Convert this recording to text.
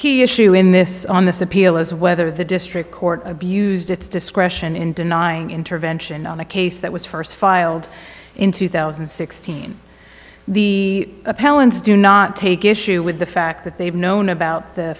key issue in this on this appeal is whether the district court abused its discretion in denying intervention on a case that was first filed in two thousand and sixteen the appellant's do not take issue with the fact that they've known about the